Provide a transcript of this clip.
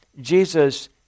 Jesus